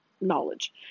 knowledge